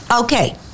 Okay